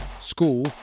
school